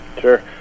Sure